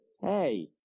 Hey